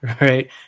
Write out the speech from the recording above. right